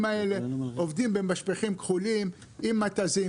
האלה עובדים במשפכים כחולים עם מתזים,